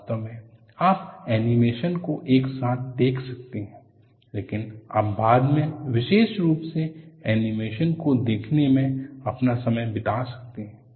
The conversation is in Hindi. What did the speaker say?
वास्तव में आप एनीमेशन को एक साथ देख सकते हैं लेकिन आप बाद में विशेष रूप से एनिमेशन को देखने में अपना समय बिता सकते हैं